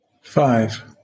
Five